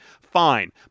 fine